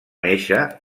néixer